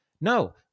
No